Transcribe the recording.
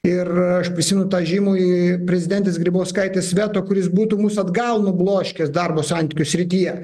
ir aš prisiimu tą žymųjį prezidentės grybauskaitės veto kuris būtų mus atgal nubloškęs darbo santykių srityje